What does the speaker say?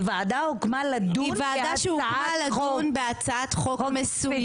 היא ועדה שהוקמה לדון בהצעת חוק.